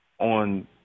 on